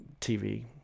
tv